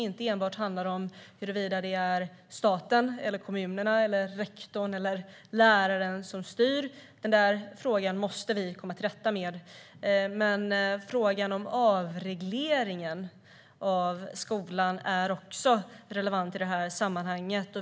Det handlar inte enbart om huruvida det är staten, kommunerna, rektorn eller läraren som styr - även om vi måste komma till rätta med det - utan också om frågan om avregleringen av skolan. Den är relevant i sammanhanget.